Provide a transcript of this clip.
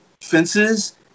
Fences